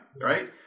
Right